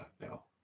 no